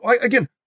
again